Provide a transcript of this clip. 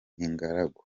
ingaragu